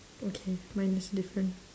okay mine is different